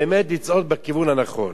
באמת, לצעוד בכיוון הנכון.